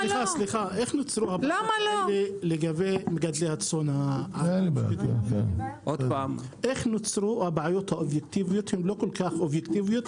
איך נוצרו הבעיות האובייקטיביות שהן לא כל כך אובייקטיביות?